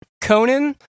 Conan